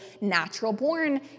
natural-born